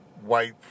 white